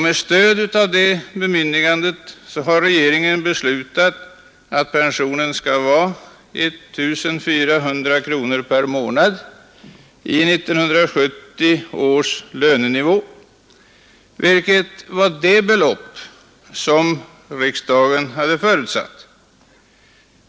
Med stöd av detta bemyndigande har regeringen beslutat att pensionen skall vara 1 400 kronor per månad i 1970 års lönenivå, vilket var det belopp som riksdagen hade förutsatt.